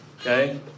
Okay